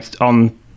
on